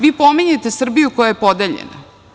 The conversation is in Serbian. Vi pominjete Srbiju koja je podeljena.